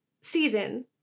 season